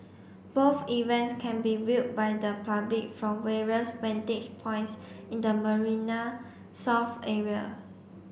both events can be viewed by the public from various vantage points in the Marina South area